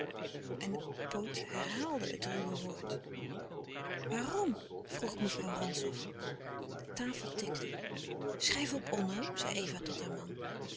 en de poot herhaalde het ruwe woord waarom vroeg mevrouw rantzow de tafel tikte schrijf op onno zei eva tot haar man